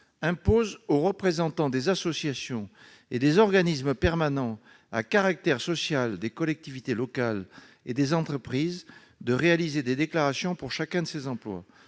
impose aux représentants des associations et des organismes permanents à caractère social des collectivités locales et des entreprises de réaliser des déclarations pour chacun de ces emplois,